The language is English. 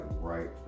right